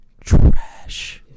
Trash